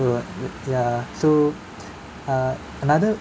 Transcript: uh ya so uh another